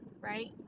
right